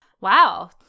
Wow